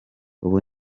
ubu